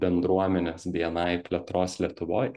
bendruomenės bni plėtros lietuvoj